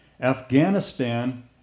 Afghanistan